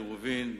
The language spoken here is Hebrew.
עירובין,